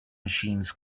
machines